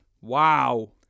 Wow